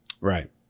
right